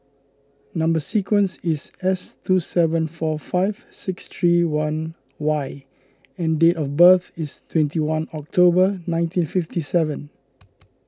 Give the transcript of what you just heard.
Number Sequence is S two seven four five six three one Y and date of birth is twenty one October nineteen fifty seven